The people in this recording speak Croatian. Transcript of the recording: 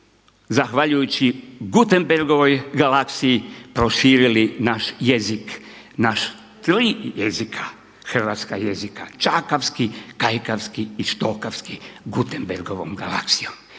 zahvaljujući Gutenbergovoj galaksiji proširili naš jezik, naša tri jezika, hrvatska jezika, čakavski, kajkavski i štokavski Gutenbergovom galaksijom.